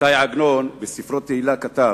ש"י עגנון בסיפורו "תהילה" כתב: